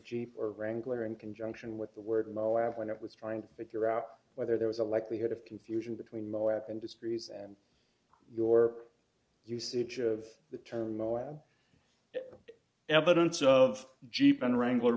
jeep wrangler in conjunction with the word d no as when it was trying to figure out whether there was a likelihood of confusion between malacca industries and your usage of the turmoil evidence of jeep wrangler